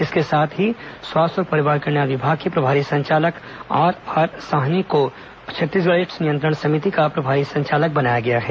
इसके साथ ही स्वास्थ्य और परिवार कल्याण विभाग के प्रभारी संचालक आरआर साहिनी को छत्तीसगढ़ एड्स नियंत्रण समिति का प्रभारी संचालक बनाया गया है